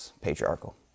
patriarchal